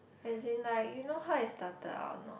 as in like you know how I started out or not